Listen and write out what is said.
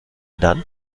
dann